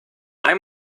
hay